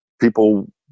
people